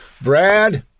Brad